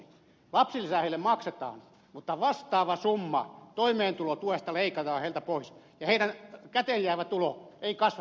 lapsilisää heille maksetaan mutta vastaava summa toimeentulotuesta leikataan heiltä pois ja heidän käteen jäävä tulonsa ei kasva senttiäkään